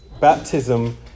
baptism